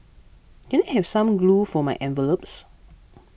can I have some glue for my envelopes